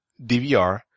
DVR